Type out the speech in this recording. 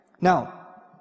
Now